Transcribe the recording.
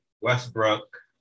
Westbrook